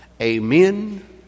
Amen